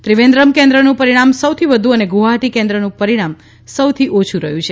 ત્રિવેન્દ્રમ કેન્દ્રનું પરિણામ સૌથી વધુ અને ગુવાહાટી કેન્દ્રનું પરિણામ સૌથી ઓછુ રહ્યું છે